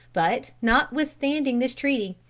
but, notwithstanding this treaty,